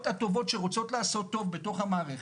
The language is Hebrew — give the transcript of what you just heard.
הטובות שרוצות לעשות טוב בתוך המערכת,